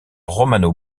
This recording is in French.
romano